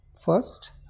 first